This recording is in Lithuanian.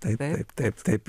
taip taip taip taip